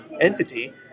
entity